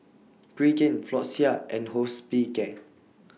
Pregain Floxia and Hospicare